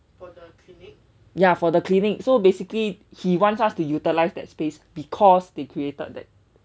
ya for the clinic so basically he wants us to utilize that space because they created that